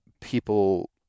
people